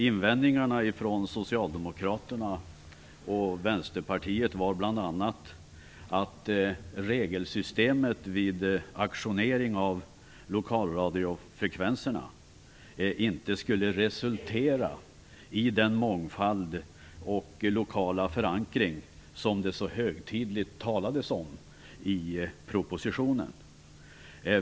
Invändningarna från Socialdemokraterna och Vänsterpartiet handlade bl.a. om att regelsystemet vid auktioneringen av lokalradiofrekvenserna inte skulle resultera i den mångfald och i den lokala förankring som det så högtidligt talades om i propositionen.